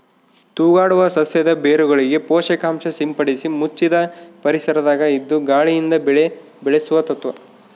ತೂಗಾಡುವ ಸಸ್ಯದ ಬೇರುಗಳಿಗೆ ಪೋಷಕಾಂಶ ಸಿಂಪಡಿಸಿ ಮುಚ್ಚಿದ ಪರಿಸರದಾಗ ಇದ್ದು ಗಾಳಿಯಿಂದ ಬೆಳೆ ಬೆಳೆಸುವ ತತ್ವ